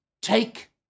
Take